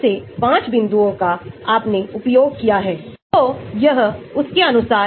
तो anion रूप सक्रिय भाग है नाकी न्यूट्रल रूप